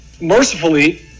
mercifully